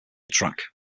track